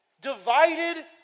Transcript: divided